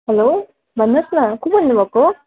hello भन्नुहोस् न को बोल्नुभएको